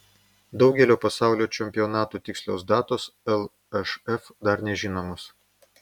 daugelio pasaulio čempionatų tikslios datos lšf dar nežinomos